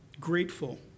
grateful